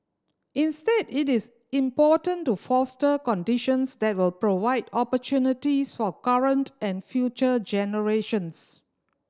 instead it is important to foster conditions that will provide opportunities for current and future generations